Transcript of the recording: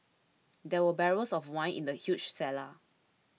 there were barrels of wine in the huge cellar